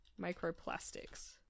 microplastics